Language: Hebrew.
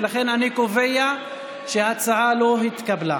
ולכן אני קובע שההצעה לא התקבלה.